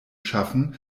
schaffen